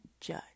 judge